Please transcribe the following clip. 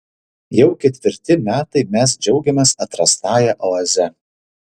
jau ketvirti metai mes džiaugiamės atrastąja oaze